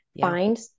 Find